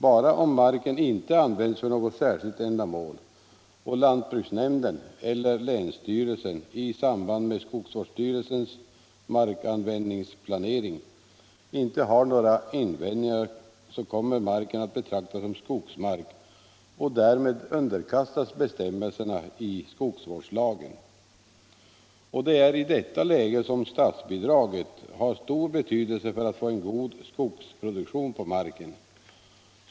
Bara om marken inte används för något särskilt ändamål och lantbruksnämnden eller länsstyrelsen i samband med skogsvårdsstyrelsens markanvändningsplanering inte har några invändningar kommer marken att betraktas som skogsmark och därmed underkastas bestämmelserna i skogsvårdslagen. Och det är i detta läge som statsbidraget har stor betydelse för att få en god skogsproduktion på marken.